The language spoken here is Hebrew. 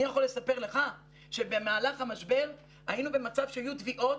אני יכול לספר לך שבמהלך המשבר היינו במצב שהיו תביעות,